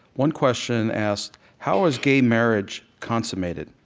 one question asked, how is gay marriage consummated?